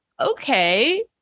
okay